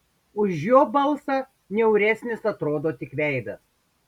už jo balsą niauresnis atrodo tik veidas